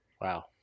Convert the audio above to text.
Wow